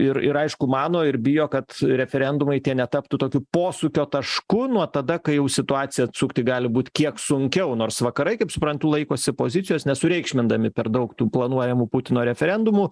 ir ir aišku mano ir bijo kad referendumai tie netaptų tokiu posūkio tašku nuo tada kai jau situaciją atsukti gali būt kiek sunkiau nors vakarai kaip suprantu laikosi pozicijos nesureikšmindami per daug tų planuojamų putino referendumų